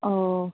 ᱳᱻ